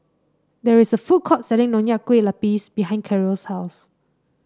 there is a food court selling Nonya Kueh Lapis behind Karol's house